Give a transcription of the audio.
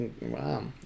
Wow